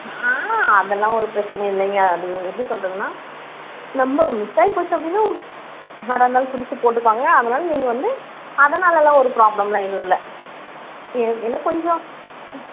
ஆ அதெல்லாம் ஒரு பிரச்னையும் இல்லைங்க அது எப்படி சொல்லுறதுனா நம்ப மிஸ் ஆயி போச்சு அப்படின்னா ஒரு யாராக இருந்தாலும் புதுசு போட்டுப்பாங்க அதனால் நீங்கள் வந்து அதனாலலாம் ஒரு ப்ராப்ளம்லாம் எதுவும் இல்லை எ என்ன கொஞ்சம் ம்